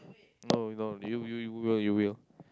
no no you will you will you will